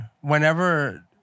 whenever